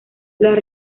las